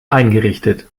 eingerichtet